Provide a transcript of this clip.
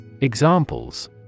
Examples